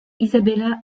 isabella